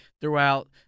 throughout